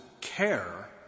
care